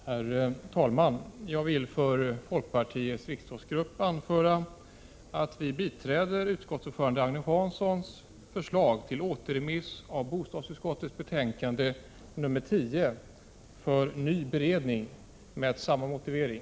Herr talman! Jag vill för folkpartiets riksdagsgrupp anföra att vi med samma motivering biträder utskottsordförande Agne Hanssons förslag till återremiss av bostadsutskottets betänkande 10 för ny beredning.